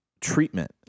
Treatment